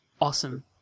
Awesome